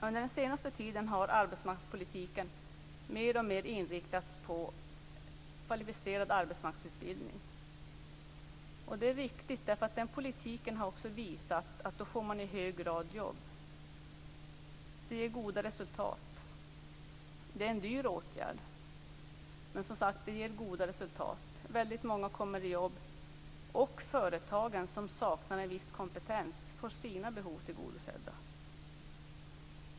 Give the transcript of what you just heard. Under den senaste tiden har arbetsmarknadspolitiken mer och mer inriktats på kvalificerad arbetsmarknadsutbildning. Det är också riktigt, därför att den politiken har visat sig leda till att man i hög grad får jobb. Det är en dyr åtgärd, men den ger goda resultat. Väldigt många får jobb, och företag som saknar en viss kompetens får sina behov tillgodosedda.